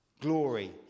glory